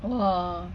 !wah!